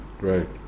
Right